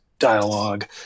dialogue